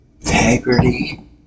integrity